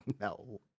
no